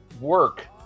work